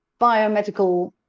biomedical